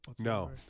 No